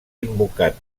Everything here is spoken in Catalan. invocat